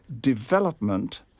development